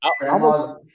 grandma's